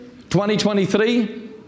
2023